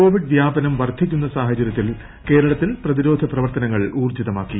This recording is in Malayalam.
കോവിഡ് വ്യാപനം വർദ്ധീക്കുന്ന സാഹചര്യത്തിൽ കേരളത്തിൽ പ്രതിരോധ ്രപവർത്തനങ്ങൾ ഉൌർജ്ജിതമാക്കി